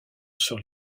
sur